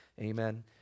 Amen